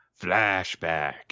Flashback